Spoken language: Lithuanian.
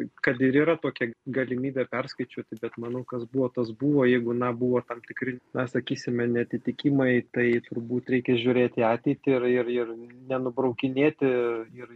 kad ir yra tokia galimybė perskaičiuoti bet manau kas buvo tas buvo jeigu na buvo tam tikri na sakysime neatitikimai tai turbūt reikia žiūrėti į ateitį ir ir ir nenubraukinėti ir ir